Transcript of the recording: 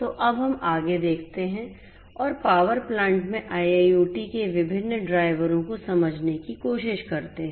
तो अब हम आगे देखते हैं और पावर प्लांट में IIoT के विभिन्न ड्राइवरों को समझने की कोशिश करते हैं